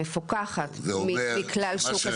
המפוקחת מכלל שוק השכירות --- זה אומר,